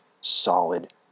solid